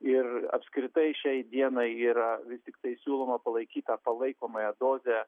ir apskritai šiai dienai yra vis tiktai siūloma palaikyt tą palaikomąją dozę